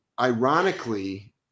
ironically